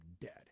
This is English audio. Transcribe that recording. dead